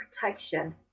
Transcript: protection